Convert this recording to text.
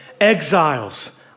Exiles